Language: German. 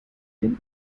den